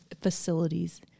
facilities